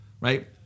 right